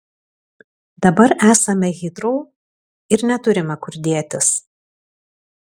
dabar esame hitrou ir neturime kur dėtis